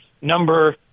number